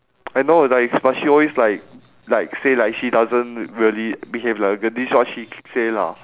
I know like but she always like like say like she doesn't really behave like a girl this is what she say lah